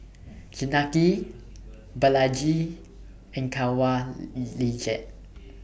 Janaki Balaji and Kanwaljit